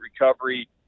Recovery